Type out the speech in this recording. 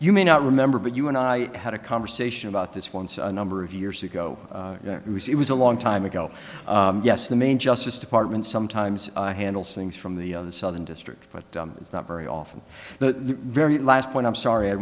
you may not remember but you and i had a conversation about this once a number of years ago it was a long time ago yes the main justice department sometimes handles things from the southern district but it's not very often the very last point i'm sorry i